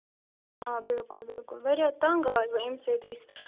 آ بِلکُل بِلکُل واریاہ تَنگ آیہِ اَمہِ سۭتۍ أسۍ